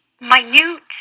minute